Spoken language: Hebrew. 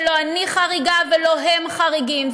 ולא אני חריגה ולא הם חריגים.